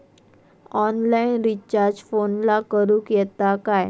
Online recharge फोनला करूक येता काय?